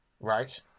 Right